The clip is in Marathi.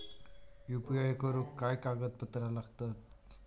यू.पी.आय करुक काय कागदपत्रा लागतत?